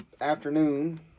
afternoon